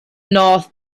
north